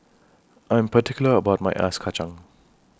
I'm particular about My Ice Kachang